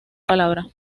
palabra